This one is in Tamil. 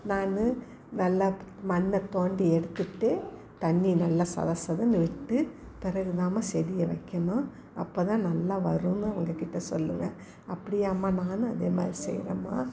நான் நல்லா மண்ணை தோண்டி எடுத்துவிட்டு தண்ணி நல்லா சதசதன்னு விட்டு பிறகுதாம்மா செடியை வைக்கணும் அப்போதான் நல்லா வரும்னு அவங்கக்கிட்ட சொல்லுவேன் அப்படியாம்மா நானும் அதேமாதிரி செய்கிறேம்மா